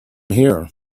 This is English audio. here